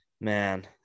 man